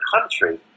country